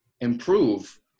improve